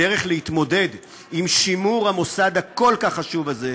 הדרך להתמודד עם שימור המוסד הכל-כך חשוב הזה,